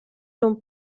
non